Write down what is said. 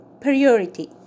priority